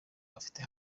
ufite